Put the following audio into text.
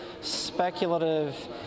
speculative